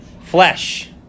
Flesh